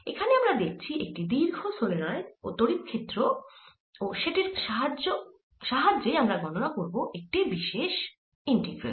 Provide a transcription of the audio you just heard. এখানে আমরা দেখছি একটি দীর্ঘ সলেনয়েড এর তড়িৎ ক্ষেত্র ও সেতির সাহায্যে গণনা করব একটি বিশেষ ইন্টিগ্রাল